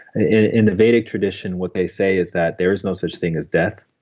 in the vedic tradition, what they say is that there is no such thing as death.